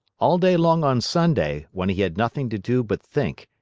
all day long on sunday, when he had nothing to do but think,